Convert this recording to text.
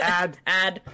add